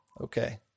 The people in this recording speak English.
Okay